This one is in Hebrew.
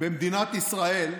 במדינת ישראל,